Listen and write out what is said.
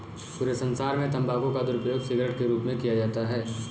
पूरे संसार में तम्बाकू का दुरूपयोग सिगरेट के रूप में किया जाता है